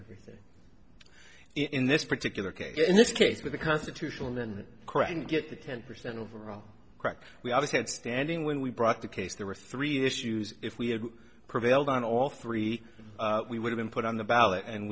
defeated in this particular case in this case where the constitutional and credit get the ten percent overall correct we always had standing when we brought the case there were three issues if we had prevailed on all three we would have been put on the ballot and